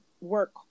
work